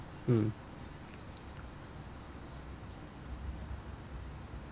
mm